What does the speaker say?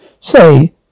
Say